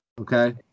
Okay